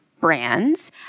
brands